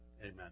Amen